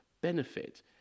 benefit